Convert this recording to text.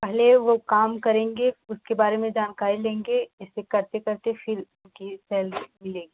पहले वे काम करेंगे उसके बारे में जानकारी लेंगे ऐसे करते करते फिर उनकी सैलरी मिलेगी